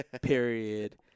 period